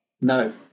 No